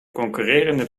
concurrerende